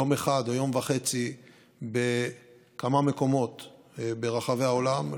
יום אחד או יום וחצי בכמה מקומות ברחבי העולם.